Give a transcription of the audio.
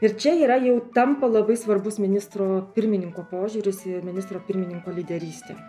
ir čia yra jau tampa labai svarbus ministro pirmininko požiūris ir ministro pirmininko lyderystė